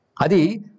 Adi